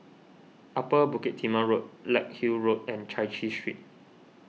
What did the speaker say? Upper Bukit Timah Road Larkhill Road and Chai Chee Street